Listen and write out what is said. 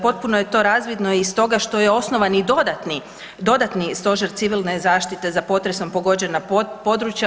Potpuno je to razvidno iz toga što je osnovan i dodatni, dodatni stožer civilne zaštite za potresom pogođena područja.